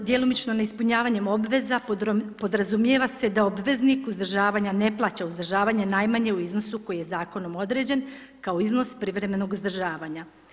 Pod djelomično neispunjavanjem obveza podrazumijeva se da obveznik uzdržavanja ne plaća uzdržavanje najmanje u iznosu koji je zakonom određen kao iznos privremenog uzdržavanja.